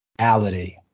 reality